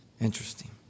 Interesting